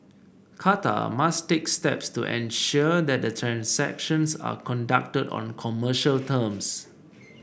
Qatar must take steps to ensure that the transactions are conducted on commercial terms